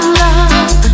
love